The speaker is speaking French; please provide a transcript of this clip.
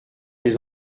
des